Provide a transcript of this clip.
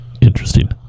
Interesting